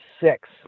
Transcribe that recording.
six